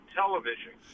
television